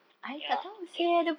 ya mm